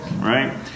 right